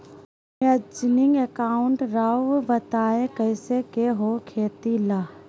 Managing account राव बताएं कैसे के हो खेती ला?